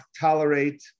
tolerate